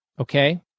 Okay